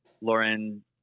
Lauren